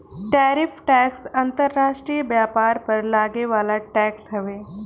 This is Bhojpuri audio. टैरिफ टैक्स अंतर्राष्ट्रीय व्यापार पर लागे वाला टैक्स हवे